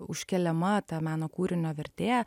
užkeliama ta meno kūrinio vertė